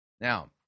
Now